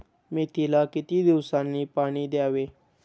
मेथीला किती दिवसांनी पाणी द्यावे?